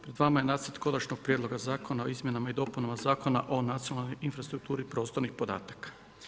Pred vama je nacrt Konačnog prijedlog zakona o izmjenama i dopunama Zakona o nacionalnoj infrastrukturi prostornih podataka.